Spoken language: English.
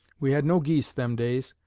we had no geese them days.